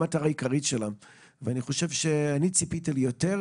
אני ציפיתי ליותר,